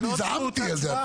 שאני זעמתי על זה.